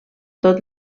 tot